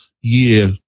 year